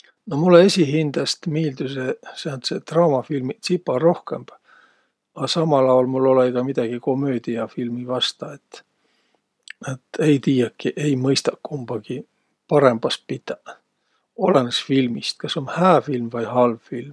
No mullõ esiqhindäst miildüseq sääntseq draamafilmiq tsipa rohkõmb, a samal aol mul olõ-õi ka midägi komöödiäfilmi vasta. Et et ei tiiäki, ei mõistaki kumbagi parõmbas pitäq. Olõnõs filmist, kas um hää film vai halv film.